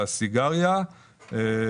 נמכרת הסיגריה לקמעונאי.